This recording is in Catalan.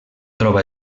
troba